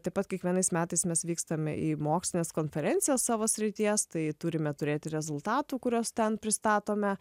taip pat kiekvienais metais mes vykstame į mokslines konferencijas savo srities tai turime turėti rezultatų kuriuos ten pristatome